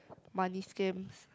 money scams